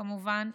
כמובן,